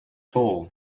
hole